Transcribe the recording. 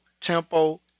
tempo